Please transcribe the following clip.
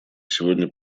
сегодня